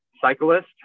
cyclist